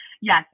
yes